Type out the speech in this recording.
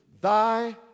Thy